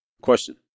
question